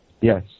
Yes